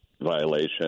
violation